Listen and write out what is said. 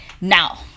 now